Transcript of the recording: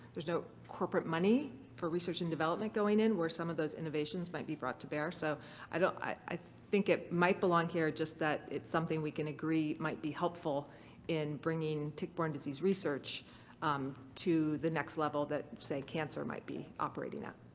there's no corporate money for research and development going in where some of those innovations might be brought to bear. so i don't. i think it might belong here just that it's something we can agree it might be helpful in bringing tick-borne disease research um to the next level that say cancer might be operating ah